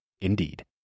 Indeed